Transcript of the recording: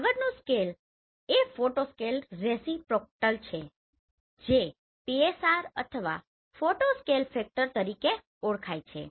આગળનું સ્કેલ એ photo scale reciprocal છે જે PSR અથવા ફોટો સ્કેલ ફેક્ટર તરીકે ઓળખાય છે